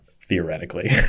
theoretically